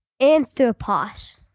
Anthropos